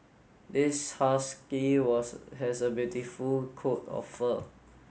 this husky was has a beautiful coat of fur